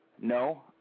No